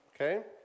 Okay